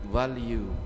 value